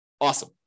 Awesome